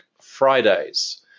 Fridays